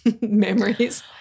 memories